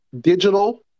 digital